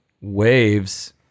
waves